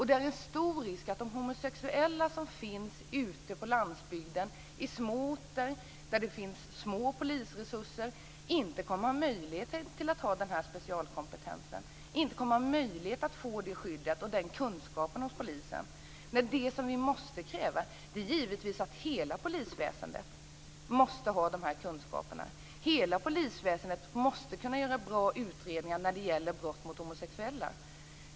Då är det stor risk att de homosexuella som finns ute på landsbygden, på små orter, där det finns små polisresurser, inte kommer att möta den här specialkompetensen, inte kommer att få det skyddet av och den kunskapen hos polisen. Det vi måste kräva är givetvis att hela polisväsendet måste ha de här kunskaperna. Hela polisväsendet måste kunna göra bra utredningar när det gäller brott mot homosexuella.